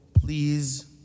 please